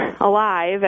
alive